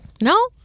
No